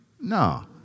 No